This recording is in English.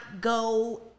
go